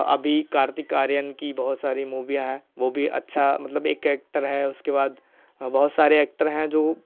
कार्तिक आर्यन की बहुत सारी मूवीयाँ है वह भी अच्छा मतलब एक एक्टर है उसके बाद बहुत सारे एक्टर हैं जो